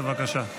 בבקשה.